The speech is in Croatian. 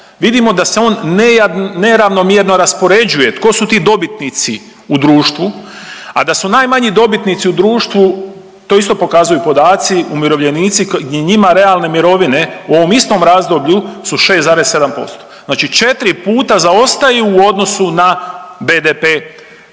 vidimo da se on neravnomjerno raspoređuje. Tko su ti dobitnici u društvu, a da su najmanji dobitnici u društvu? To isto pokazuju podaci, umirovljenici njima realne mirovine u ovom istom razdoblju su 6,7%, znači četri puta zaostaju u odnosu na BDP